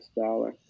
dollar